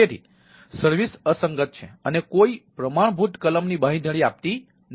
તેથી સર્વિસ અસંગત છે અને કોઈ પ્રમાણભૂત કલમની બાંયધરી આપતી નથી